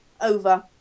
over